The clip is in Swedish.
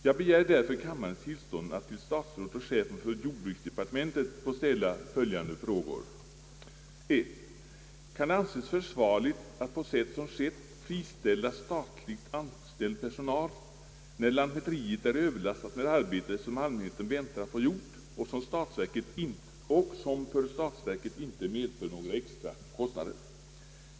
Jag begär därför kammarens tillstånd att till statsrådet och chefen för jordbruksdepartementet få ställa följande frågor: 1) Kan det anses försvarligt att på sätt som skett friställa statligt anställd personal, när lantmäteriet är överlastat med arbete, som allmänheten väntar att få gjort och som för statsverket inte medför några extra kostnader?